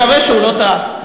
מקווה שהוא לא טעה.